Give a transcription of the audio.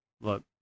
Look